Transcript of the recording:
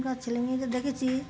আমার ছেলে মেয়েদের দেখেছি